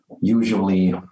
Usually